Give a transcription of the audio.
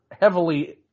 heavily